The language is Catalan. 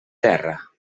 terra